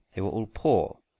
they were all poor,